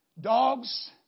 Dogs